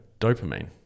dopamine